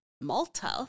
malta